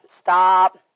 stop